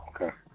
Okay